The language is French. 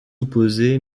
opposée